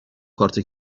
کارت